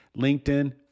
LinkedIn